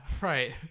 right